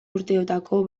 urteotako